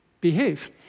behave